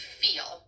feel